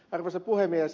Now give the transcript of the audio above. arvoisa puhemies